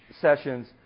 sessions